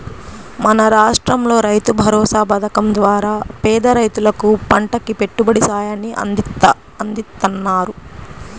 మన రాష్టంలో రైతుభరోసా పథకం ద్వారా పేద రైతులకు పంటకి పెట్టుబడి సాయాన్ని అందిత్తన్నారు